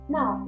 Now